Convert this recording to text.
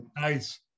Nice